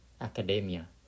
academia